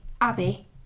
Abby